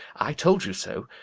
i told you so.